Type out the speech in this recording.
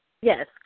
Yes